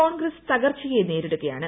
കോൺഗ്രസ് തകർച്ചയെ നേരിടുകയാണ്